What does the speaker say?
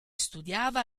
studiava